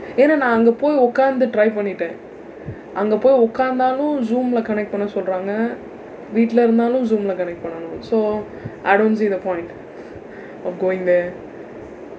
ஏனா நான் அங்க போய் உட்கார்ந்து:eenaa naan angka pooy utkaarndthu try பண்ணிட்டேன் அங்க போய் உட்கார்ந்தாலும்:pannitdeen angka pooy utkaarndthaalum zoom-lae connect பண்ண சொல்றாங்க வீட்டில இருந்தாலும்:panna solraangka vitdila irundthaalum zoom-lae connect பண்ணனும்:pannanum so I don't see the point of going there